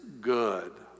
good